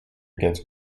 against